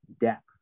depth